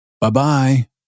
bye-bye